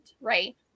right